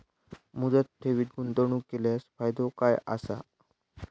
मुदत ठेवीत गुंतवणूक केल्यास फायदो काय आसा?